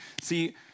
See